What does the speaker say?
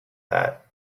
that